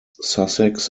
sussex